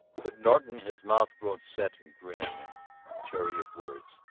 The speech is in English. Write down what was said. but norton, his mouth grown set and grim and chary of words,